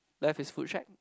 left is school check